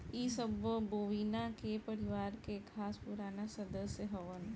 इ सब बोविना के परिवार के खास पुराना सदस्य हवन